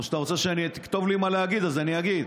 או שתכתוב לי מה להגיד, אז אני אגיד.